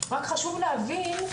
רק חשוב להבין,